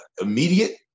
immediate